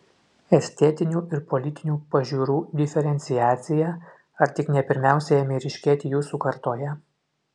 estetinių ir politinių pažiūrų diferenciacija ar tik ne pirmiausia ėmė ryškėti jūsų kartoje